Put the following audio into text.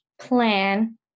plan